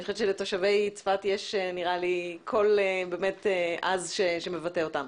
אני חושבת שלתושבי צפת יש קול עז שמבטא אותם.